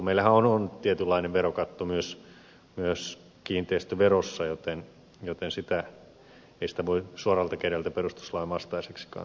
meillähän on tietynlainen verokatto myös kiinteistöverossa joten ei sitä voi suoralta kädeltä perustuslain vastaiseksikaan tyrmätä